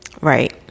Right